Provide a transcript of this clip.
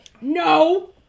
no